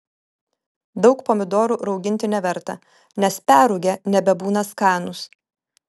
daug pomidorų rauginti neverta nes perrūgę nebebūna skanūs